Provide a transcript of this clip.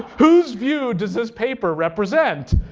whose view does this paper represent?